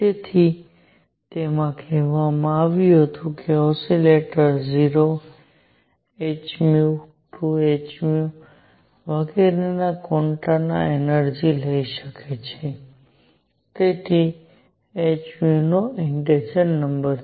તેથી તેમાં કહેવામાં આવ્યું છે કે ઓસિલેટર 0 h 2 h વગેરેના ક્વાન્ટામાં એનર્જિ લઈ શકે છે તેથી h નો ઇંતેજેર નંબર